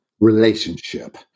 relationship